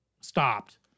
stopped